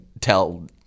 tell